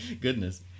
Goodness